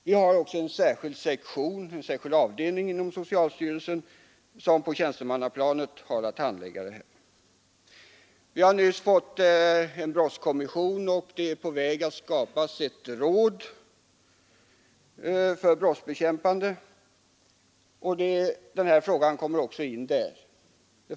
Det finns också en särskild sektion inom socialstyrelsen som på tjänstemannaplanet har att handlägga det. Vi har nyss fått en brottskommission, och det är på väg att skapas ett råd för brottsbekämpande. Den här frågan kommer också in där.